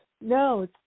No